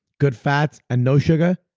good fats and no sugar?